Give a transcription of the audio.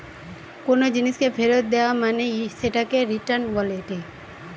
কোনো জিনিসকে ফেরত দেয়া মানে সেটাকে রিটার্ন বলেটে